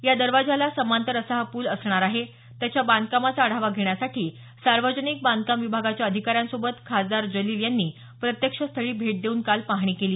या दरवाज्याला समांतर असा हा पूल असणार आहे त्याच्या बांधकामाचा आढावा घेण्यासाठी सार्वजनिक बांधकाम विभागाच्या अधिकाऱ्यासोबत खासदार जलील यांनी प्रत्यक्षस्थळी भेट देऊन काल पाहणी केली